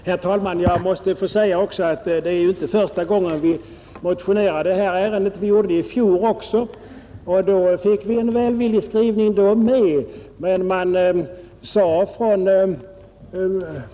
Herr talman! Jag vill tillägga att det inte är första gången vi motionerar i det här ärendet. Vi gjorde det i fjol också, och vi fick en välvillig skrivning då med.